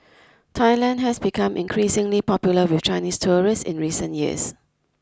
Thailand has become increasingly popular with Chinese tourists in recent years